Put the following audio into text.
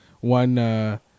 One